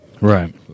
right